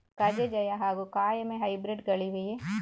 ಕಜೆ ಜಯ ಹಾಗೂ ಕಾಯಮೆ ಹೈಬ್ರಿಡ್ ಗಳಿವೆಯೇ?